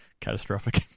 catastrophic